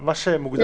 זה.